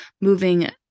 moving